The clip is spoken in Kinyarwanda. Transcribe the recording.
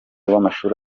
w’amashuri